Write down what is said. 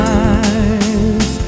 eyes